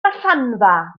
allanfa